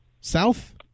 South